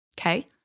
Okay